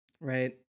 right